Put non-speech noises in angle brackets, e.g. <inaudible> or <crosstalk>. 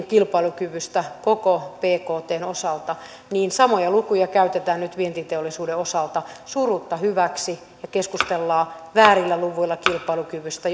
<unintelligible> kilpailukyvystä koko bktn osalta ja samoja lukuja käytetään nyt vientiteollisuuden osalta surutta hyväksi ja keskustellaan väärillä luvuilla kilpailukyvystä <unintelligible>